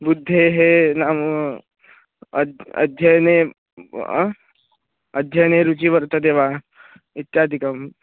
बुद्धेः नाम अद् अध्ययने अध्ययने रुचिः वर्तते वा इत्यादिकं